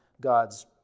God's